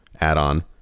add-on